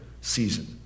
season